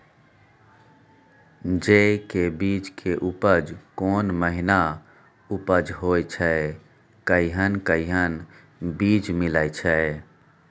जेय के बीज के उपज कोन महीना उपज होय छै कैहन कैहन बीज मिलय छै?